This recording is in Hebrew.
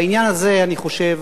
בעניין הזה, אני חושב,